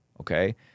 Okay